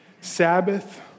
Sabbath